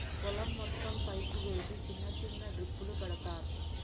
పొలం మొత్తం పైపు వేసి చిన్న చిన్న డ్రిప్పులు పెడతార్